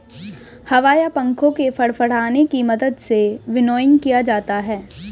हवा या पंखों के फड़फड़ाने की मदद से विनोइंग किया जाता है